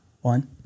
one